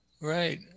Right